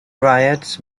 riots